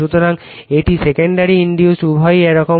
সুতরাং এটি secondary induced উভয়ই এরকম হবে